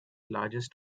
largest